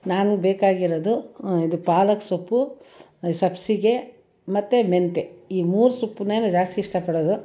ನಾನು ಬೇಕಾಗಿರೋದು ಇದು ಪಾಲಕ್ ಸೊಪ್ಪು ಸಬ್ಬಸಿಗೆ ಮತ್ತು ಮೆಂತ್ಯ ಈ ಮೂರು ಸೊಪ್ಪನ್ನು ನಾನು ಜಾಸ್ತಿ ಇಷ್ಟ ಪಡೋದು